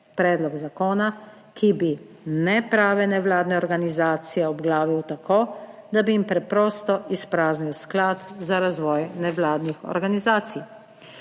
Predlog zakona, ki bi neprave nevladne organizacije obglavil tako, da bi jim preprosto izpraznil sklad za razvoj nevladnih organizacij.